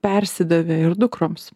persidavė ir dukroms